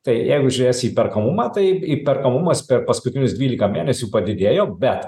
tai jeigu žiūrėsi įperkamumą tai įperkamumas per paskutinius dvylika mėnesių padidėjo bet